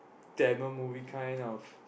Tamil movie kind of